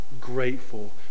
grateful